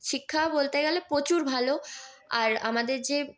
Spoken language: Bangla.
শিক্ষা বলতে গেলে প্রচুর ভালো আর আমাদের যে